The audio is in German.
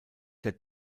der